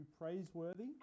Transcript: praiseworthy